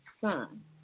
son